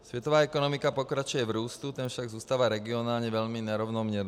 Světová ekonomika pokračuje v růstu, ten však zůstává regionálně velmi nerovnoměrný.